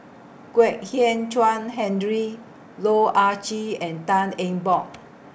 Kwek Hian Chuan Henry Loh Ah Chee and Tan Eng Bock